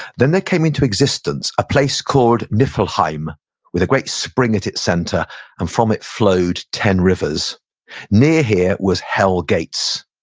then, there came into existence a place called niflheim with a great spring at its center and from it flowed ten rivers near here was hel gates,